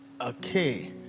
okay